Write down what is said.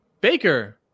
Baker